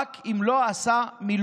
רק אם לא עשה מילואים.